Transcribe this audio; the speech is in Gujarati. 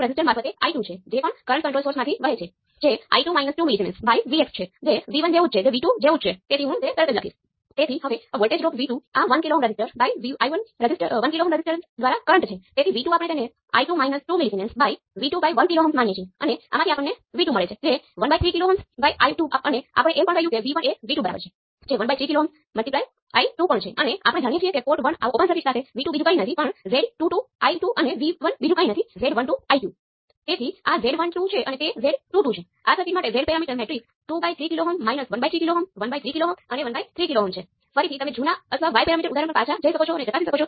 દાખલા તરીકે જો H મેટ્રિક્સ ઈન્વર્સ કરી શકાય તેવું નથી તો તમે તે ચોક્કસ સર્કિટ માટે મર્યાદિત G પેરામિટર ધરાવી શકતા નથી તેથી તેનો અર્થ એ છે કે સર્કિટ અર્થપૂર્ણ રીતે રજૂ કરી શકાતી નથી G પેરામિટર પરંતુ જો તે ઈન્વર્સ કરી શકાય તેવું હોય તમે સર્કિટનું વર્ણન કરવા માટે ચાર પૈરામીટર સેટમાંથી કોઈપણનો ઉપયોગ કરી શકો છો